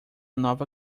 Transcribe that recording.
nova